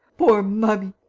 poor mummy!